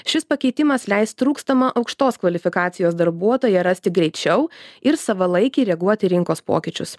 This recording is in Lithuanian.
šis pakeitimas leis trūkstamą aukštos kvalifikacijos darbuotoją rasti greičiau ir savalaikiai reaguoti į rinkos pokyčius